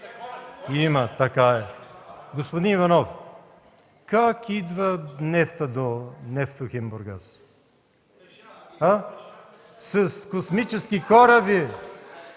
има, така е. Господин Иванов, как идва нефтът до „Нефтохим Бургас”? С космически кораби?